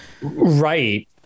Right